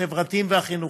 החברתיים והחינוכיים.